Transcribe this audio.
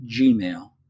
gmail